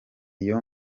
iyo